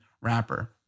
wrapper